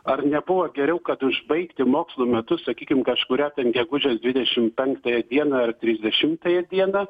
ar nebuvo geriau kad užbaigti mokslų metus sakykim kažkurią ten gegužės dvidešim penktąją dieną ar trisdešimtąją dieną